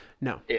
No